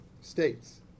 states